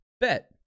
Bet